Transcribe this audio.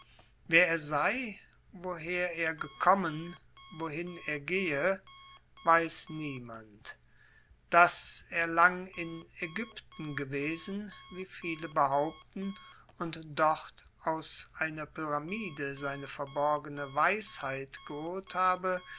wer er sei woher er gekommen wohin er gehe weiß niemand daß er lang in aegypten gewesen wie viele behaupten und dort aus einer pyramide seine verborgene weisheit geholt habe